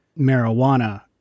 marijuana